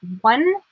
one